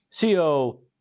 CO